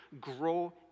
grow